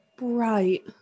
Right